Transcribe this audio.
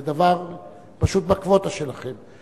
זה דבר שהוא פשוט בקווטה שלכם,